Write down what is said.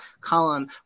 column